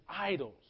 idols